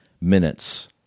minutes